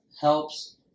helps